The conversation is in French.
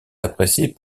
appréciée